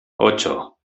ocho